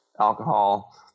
alcohol